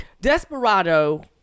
Desperado